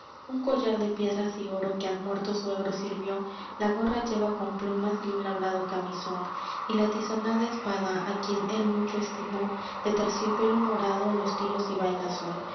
un collar de piedras y oro que al muerto suegro sirvió la gorra lleva con plumas y un labrado camisón y la tizonada espada á quien él mucho estimó de terciopelo morado los tiros y vaina son